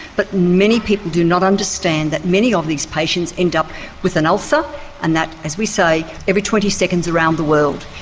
but many people do not understand that many of these patients end up with an ulcer and that, as we say, every twenty seconds around the world.